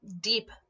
deep